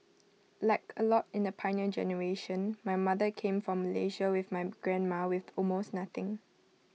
like A lot in the Pioneer Generation my mother came from Malaysia with my grandma with almost nothing